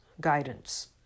guidance